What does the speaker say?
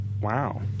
Wow